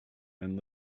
and